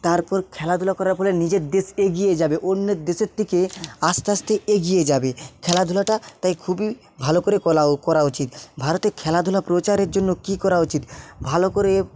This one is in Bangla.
তারপর খেলাধুলা করার পরে নিজের দেশ এগিয়ে যাবে অন্যের দেশের থেকে আস্তে আস্তে এগিয়ে যাবে খেলাধুলাটা তাই খুবই ভালো করে করা করা উচিত ভারতের খেলাধুলা প্রচারের জন্য কি করা উচিত ভালো করে